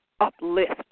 uplift